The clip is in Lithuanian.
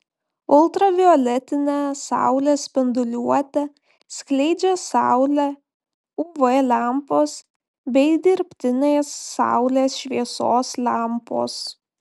ultravioletinę saulės spinduliuotę skleidžia saulė uv lempos bei dirbtinės saulės šviesos lempos